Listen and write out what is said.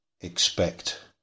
expect